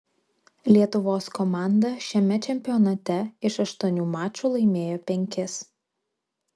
lietuvos komanda šiame čempionate iš aštuonių mačų laimėjo penkis